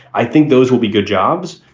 i think those will be good jobs.